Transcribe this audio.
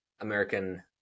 American